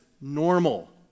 normal